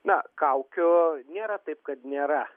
na kaukių nėra taip kad nėra